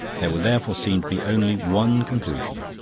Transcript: there would therefore seem to be only one conclusion.